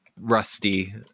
rusty